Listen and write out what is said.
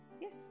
Yes